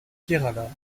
kerala